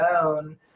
own